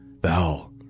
Thou